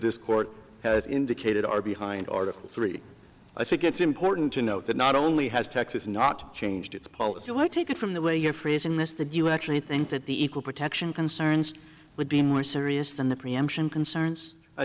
this court has indicated are behind article three i think it's important to note that not only has texas not changed its policy i take it from the way you phrase in this that you actually think that the equal protection concerns would be more serious than the preemption concerns i